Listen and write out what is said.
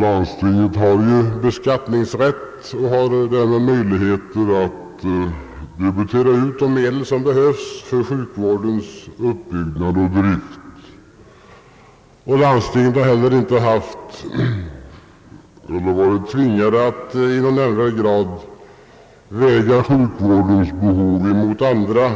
Landstinget har beskattningsrätt och har därmed möjligheten att debitera ut de medel som behövs för sjukvårdens uppbyggnad och drift. Landstingen har heller inte varit tvingade att i någon nämnvärd grad väga sjukvårdens behov mot andra